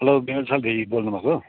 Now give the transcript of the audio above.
हलो विमल सल भेगी बोल्नुभएको हो